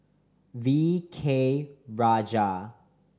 V K Rajah